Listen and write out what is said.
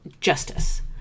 justice